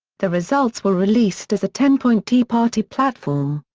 the results were released as a ten-point tea party platform.